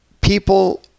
people